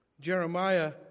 Jeremiah